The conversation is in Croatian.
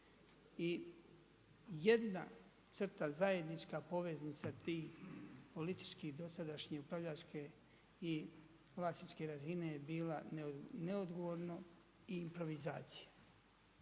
I jedna crta zajednička poveznica tih političkih dosadašnjih upravljačke i vlasničke razine je bila neodgovorno i improvizacija.